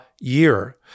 year